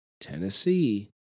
Tennessee